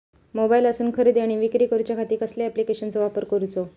मोबाईलातसून खरेदी आणि विक्री करूच्या खाती कसल्या ॲप्लिकेशनाचो वापर करूचो?